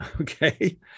Okay